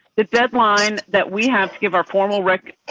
the deadline that we have give our formal rec